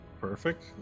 perfect